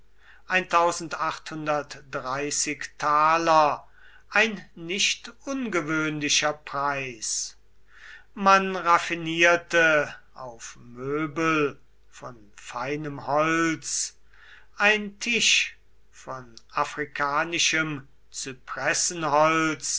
ein nicht ungewöhnlicher preis man raffinierte auf möbel von feinem holz ein tisch von afrikanischem